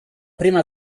prima